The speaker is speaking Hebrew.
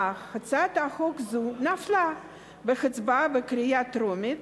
אך הצעת חוק זו נפלה בהצבעה בקריאה טרומית